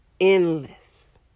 Endless